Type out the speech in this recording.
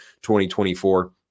2024